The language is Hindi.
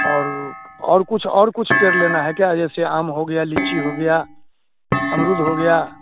और वह और कुछ और कुछ पेड़ लेना है क्या जैसे आम हो गया लीची हो गया अमरूद हो गया